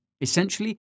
Essentially